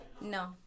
No